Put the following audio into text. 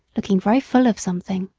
looking very full of something.